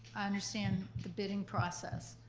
i understand the bidding process.